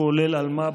כולל אלמ"ב,